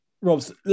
Robs